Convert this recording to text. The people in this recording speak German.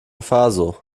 faso